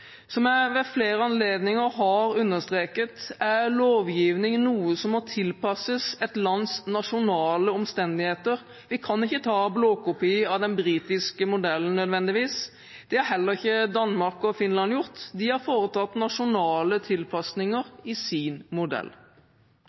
Som jeg ved flere anledninger har understreket, er lovgivning noe som må tilpasses et lands nasjonale omstendigheter. Vi kan ikke nødvendigvis ta blåkopi av den britiske modellen. Det har heller ikke Danmark og Finland gjort, de har foretatt nasjonale tilpasninger i sin modell.